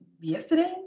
yesterday